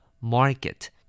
market